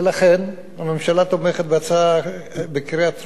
לכן הממשלה תומכת בהצעה בקריאה טרומית,